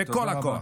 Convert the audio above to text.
בכל הכוח.